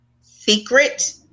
secret